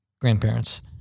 grandparents